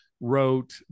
wrote